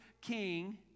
king